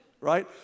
Right